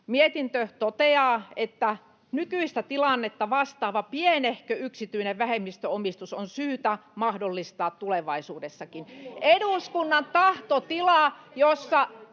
mietintö totesi, että ”nykyistä tilannetta vastaava pienehkö yksityinen vähemmistöomistus on syytä mahdollistaa tulevaisuudessakin”. [Oikealta: Oho!] Eduskunnan tahtotila, jossa